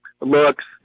looks